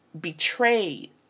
betrayed